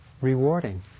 rewarding